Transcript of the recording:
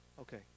Okay